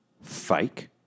fake